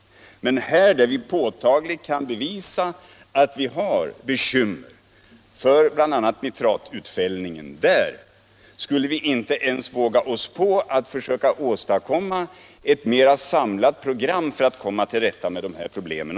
Men här — där vi påtagligt kan påvisa att vi har bekymmer bl.a. för nitratutfällning — skulle vi inte ens våga oss på att försöka åstadkomma ett mer samlat program för ökad varsamhet.